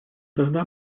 тогда